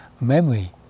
memory